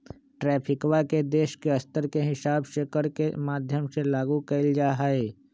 ट्रैफिकवा के देश के स्तर के हिसाब से कर के माध्यम से लागू कइल जाहई